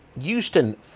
Houston